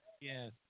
Yes